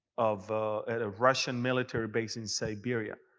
of a russian military base in siberia,